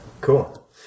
cool